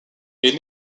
est